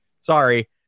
Sorry